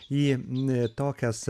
į tokias